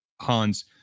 hans